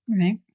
right